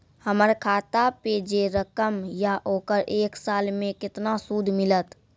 हमर खाता पे जे रकम या ओकर एक साल मे केतना सूद मिलत?